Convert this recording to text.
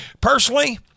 Personally